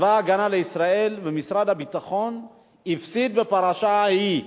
צבא-הגנה לישראל ומשרד הביטחון הפסיד בפרשה ההיא.